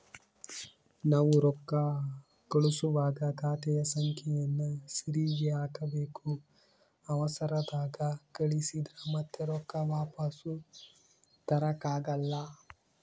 ನಾವು ರೊಕ್ಕ ಕಳುಸುವಾಗ ಖಾತೆಯ ಸಂಖ್ಯೆಯನ್ನ ಸರಿಗಿ ಹಾಕಬೇಕು, ಅವರ್ಸದಾಗ ಕಳಿಸಿದ್ರ ಮತ್ತೆ ರೊಕ್ಕ ವಾಪಸ್ಸು ತರಕಾಗಲ್ಲ